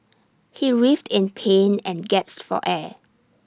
he writhed in pain and gasped for air